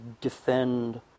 defend